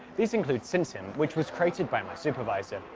these include scintsim which was created by my supervisor.